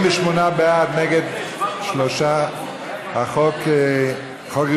הצבענו על החוק הלא-נכון.